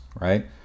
right